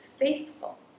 faithful